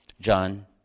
John